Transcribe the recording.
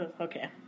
Okay